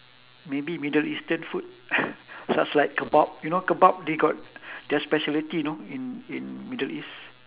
maybe middle eastern food such like kebab you know kebab they got their speciality you know in in middle east